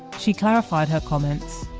she clarified her comments,